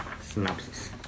Synopsis